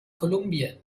kolumbien